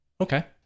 Okay